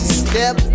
step